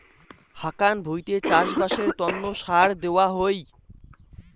হাকান ভুঁইতে চাষবাসের তন্ন সার দেওয়া হই